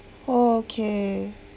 orh okay